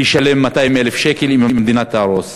והוא ישלם 200,000 שקל אם המדינה תהרוס.